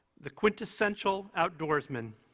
the quintessential outdoorsman,